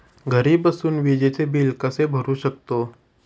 घरी बसून विजेचे बिल कसे भरू शकतो?